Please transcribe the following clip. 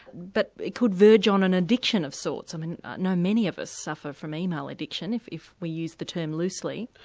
but it could verge on an addiction of sorts, um i know many of us suffer from email addiction if if we use the term loosely.